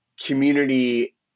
community